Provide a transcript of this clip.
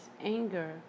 anger